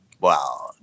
wow